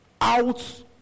out